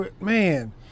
man